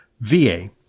va